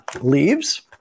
leaves